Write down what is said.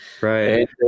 Right